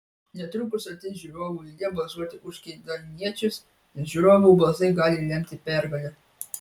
netrukus ateis žiūrovų eilė balsuoti už kėdainiečius nes žiūrovų balsai gali lemti pergalę